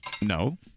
No